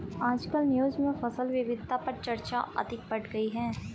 आजकल न्यूज़ में फसल विविधता पर चर्चा अधिक बढ़ गयी है